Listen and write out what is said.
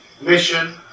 mission